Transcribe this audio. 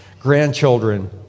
grandchildren